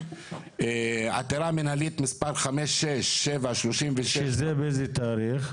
עתירה מינהלית מס' 56736. מאיזה תאריך?